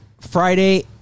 Friday